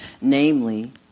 namely